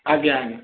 ଆଜ୍ଞା ଆଜ୍ଞା